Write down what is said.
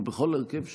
או כל הרכב שהוא,